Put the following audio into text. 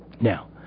now